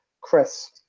Chris